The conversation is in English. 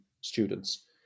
students